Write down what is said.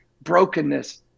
brokenness